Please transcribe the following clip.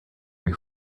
ray